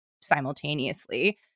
simultaneously